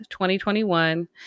2021